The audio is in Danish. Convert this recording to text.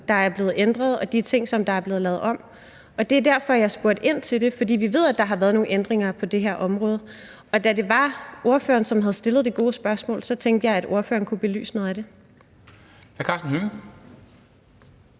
som er blevet ændret, og de ting, som er blevet lavet om. Det var derfor, jeg spurgte ind til det, for vi ved, at der er blevet lavet nogle ændringer på det område. Og da det var ordføreren, som havde stillet det gode spørgsmål, så tænkte jeg, at ordføreren kunne belyse noget det. Kl. 14:07 Formanden